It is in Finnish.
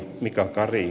mika kari